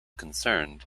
concerned